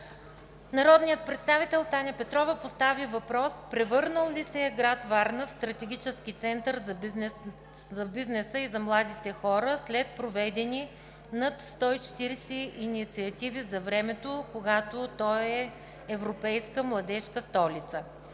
Народният представител Таня Петрова постави въпрос превърнал ли се е град Варна в стратегически център за бизнеса и за младите хора след проведени над 140 инициативи за времето, когато той е Европейска младежка столица.